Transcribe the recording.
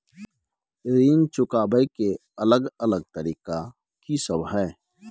ऋण चुकाबय के अलग अलग तरीका की सब हय?